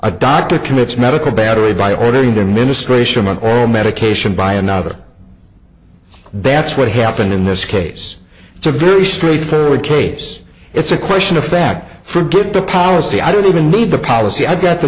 a doctor commits medical battery by ordering their ministration or medication by another so that's what happened in this case it's a very straightforward case it's a question of fact forget the policy i don't even need the policy i've got the